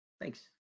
Thanks